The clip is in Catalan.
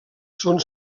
són